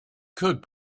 could